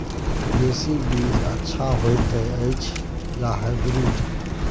देसी बीज अच्छा होयत अछि या हाइब्रिड?